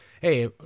hey